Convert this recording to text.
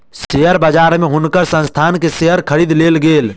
share बजार में हुनकर संस्थान के शेयर खरीद लेल गेल